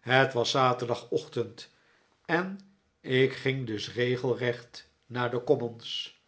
het was zaterdagochtend en ik ging dus regelrecht naar de commons